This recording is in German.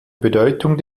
bedeutung